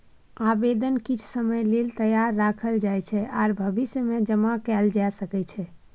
आबेदन किछ समय लेल तैयार राखल जाइ छै आर भविष्यमे जमा कएल जा सकै छै